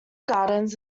gardens